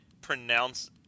pronounce